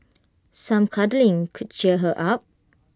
some cuddling could cheer her up